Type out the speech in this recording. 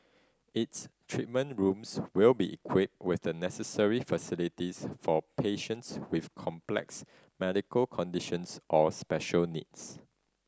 its treatment rooms will be equipped with the necessary facilities for patients with complex medical conditions or special needs